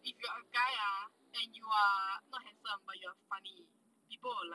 if you're a guy ah and you are not handsome but you are funny people will like